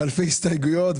אלפי הסתייגויות,